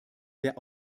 der